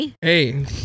Hey